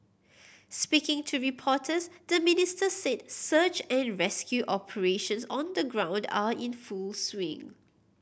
speaking to reporters the Minister said search and rescue operations on the ground are in full swing